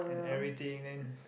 and everything then